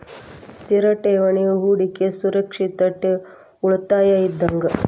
ಸ್ಥಿರ ಠೇವಣಿ ಹೂಡಕಿ ಸುರಕ್ಷಿತ ಉಳಿತಾಯ ಇದ್ದಂಗ